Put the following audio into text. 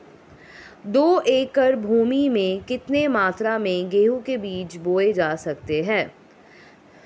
दो एकड़ भूमि में कितनी मात्रा में गेहूँ के बीज बोये जा सकते हैं?